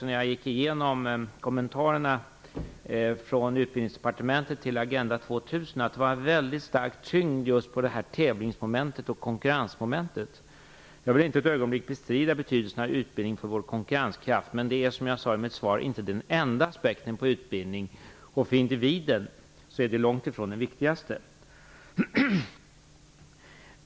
När jag gick igenom Utbildningsdepartementets kommentarer till Agenda 2000 fann jag mycket stor tyngd lagd på just tävlings och konkurrensmomentet. Jag vill inte ett ögonblick bestrida betydelsen av utbildning för vår konkurrenskraft, men det är - som jag sade i mitt svar - inte den enda aspekten på utbildning. För individen är det långt ifrån den viktigaste.